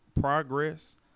progress